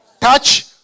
Touch